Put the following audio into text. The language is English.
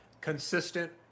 consistent